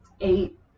Eight